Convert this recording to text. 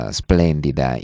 splendida